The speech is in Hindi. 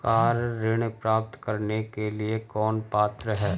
कार ऋण प्राप्त करने के लिए कौन पात्र है?